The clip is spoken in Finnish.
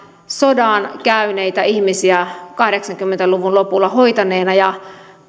sodan käyneitä ihmisiä kahdeksankymmentä luvun lopulla hoitaneena ja